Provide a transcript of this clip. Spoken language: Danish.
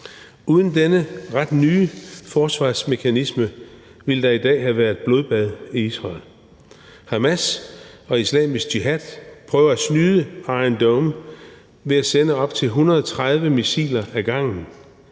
Uden denne ret nye forsvarsmekanisme ville der i dag have været blodbad i Israel. Hamas og Islamisk Jihad prøvede at snyde Iron Dome ved at sende op til 130 missiler ad gangen.